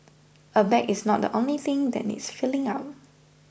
a bag is not the only thing that needs filling up